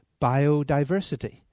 biodiversity